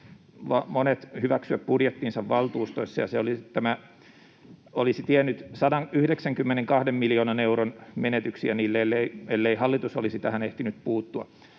ehtineet hyväksyä budjettinsa valtuustoissa, ja tämä olisi tiennyt 192 miljoonan euron menetyksiä niille, ellei hallitus olisi tähän ehtinyt puuttua.